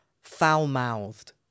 foul-mouthed